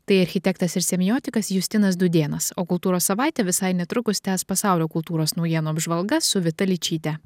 tai architektas ir semiotikas justinas dūdėnas o kultūros savaitę visai netrukus tęs pasaulio kultūros naujienų apžvalga su vita ličyte